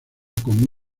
con